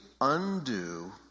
undo